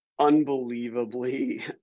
unbelievably